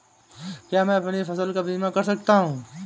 क्या मैं अपनी फसल का बीमा कर सकता हूँ?